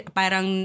parang